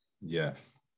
Yes